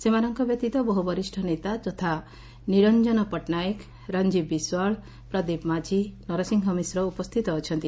ସେମାନଙ୍କ ବ୍ୟତୀତ ବହୁ ବରିଷ୍ଡ ନେତା ଯଥା ନିରଞ୍ଞନ ପଟ୍ଟନାୟକ ରଂଜୀବ ବିଶ୍ୱାଳ ପ୍ରଦୀପ ମାଝୀ ନରସିଂହ ମିଶ୍ର ଉପସ୍ଥିତ ଅଛନ୍ତି